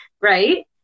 right